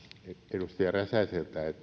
edustaja räsäseltä